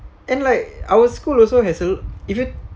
and like our school also has a if it